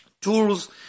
tools